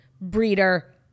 breeder